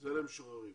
זה למשוחררים.